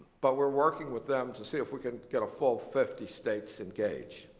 but we're working with them to see if we can get a full fifty states engaged.